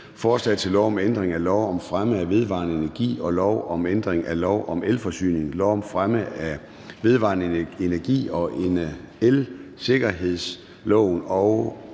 Forslag til lov om ændring af lov om fremme af vedvarende energi og lov om ændring af lov om elforsyning, lov om fremme af vedvarende energi og elsikkerhedsloven og